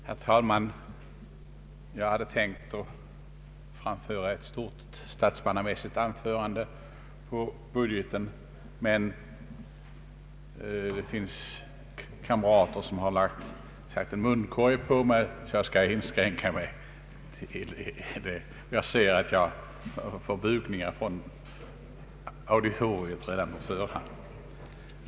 Herr talman! Jag hade tänkt framföra ett stort, statsmannamässigt anförande om budgeten, men det finns kamrater som har satt munkorg på mig och jag skall därför inskränka mitt anförande. Jag ser att jag får bugningar från auditoriet redan på förhand!